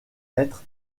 être